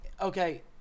Okay